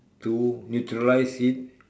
to neutralise it